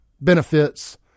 benefits